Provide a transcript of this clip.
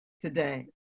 today